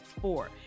four